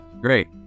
great